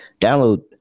Download